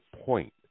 point